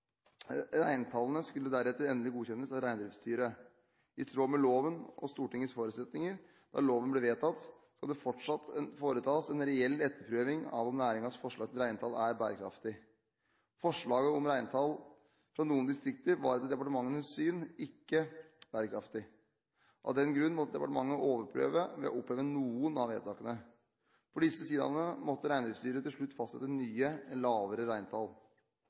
Reintallene skulle deretter endelig godkjennes av Reindriftsstyret. I tråd med loven og Stortingets forutsetninger da loven ble vedtatt, skal det foretas en reell etterprøving av om næringens forslag til reintall er bærekraftig. Forslagene om reintall fra noen distrikter var etter departementets syn ikke bærekraftig. Av den grunn måtte departementet overprøve ved å oppheve noen av vedtakene. For disse siidaene måtte Reindriftsstyret til slutt fastsette nye, lavere reintall.